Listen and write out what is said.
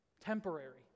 Temporary